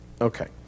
Okay